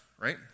right